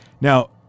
Now